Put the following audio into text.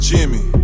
Jimmy